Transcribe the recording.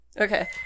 Okay